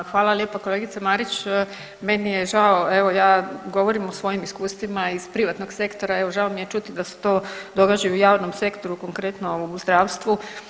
Ma hvala lijepo kolegice Marić, meni je žao evo ja govorim o svojim iskustvima iz privatnog sektora, evo žao mi je čuti da se to događa i u javnom sektoru konkretno u zdravstvu.